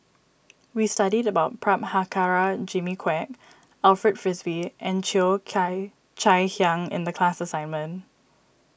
we studied about Prabhakara Jimmy Quek Alfred Frisby and Cheo Kai Chai Hiang in the class assignment